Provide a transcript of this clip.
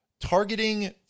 targeting